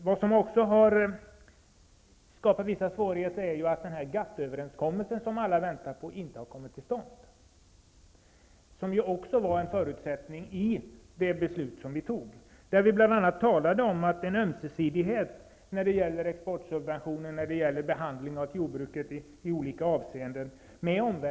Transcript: Vad som också har skapat vissa svårigheter är att den GATT-överenskommelse som alla väntar på inte har kommit till stånd. Också det var en förutsättning som låg i det beslut vi fattade 1990. En grundsten i beslutet var bl.a. en ömsesidighet i fråga om våra och omvärldens exportsubventioner och i fråga om behandlingen av jordbruket i olika avseenden.